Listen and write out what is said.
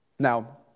Now